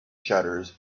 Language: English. shutters